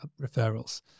referrals